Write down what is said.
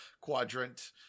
Quadrant